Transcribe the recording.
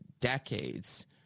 decades—